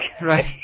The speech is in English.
right